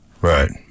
Right